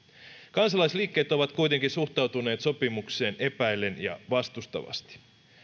kansalaisliikkeet ovat kuitenkin suhtautuneet sopimukseen epäillen ja vastustavasti